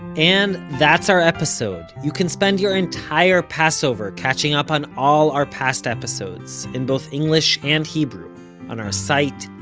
and that's our episode. you can spend your entire passover catching up on all our past episodes in both english and hebrew on our site,